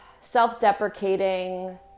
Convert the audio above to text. self-deprecating